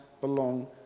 belong